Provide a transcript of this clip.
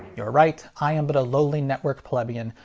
you're right. i am but a lowly network plebeian,